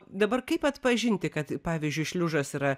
dabar kaip atpažinti kad pavyzdžiui šliužas yra